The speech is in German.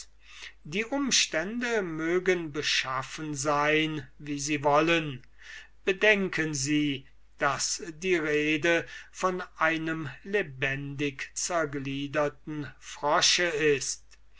die umstände mögen beschaffen sein wie sie wollen bedenken sie daß die rede von einem lebendig zergliederten frosche ist